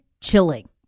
chilling